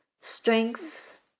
strengths